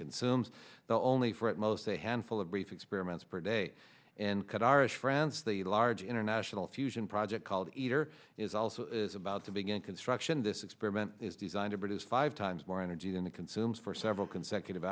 consumes but only for at most a handful of brief experiments per day and qataris france the large international fusion project called ether is also is about to begin construction this experiment is designed to produce five times more energy than it consumes for several consecutive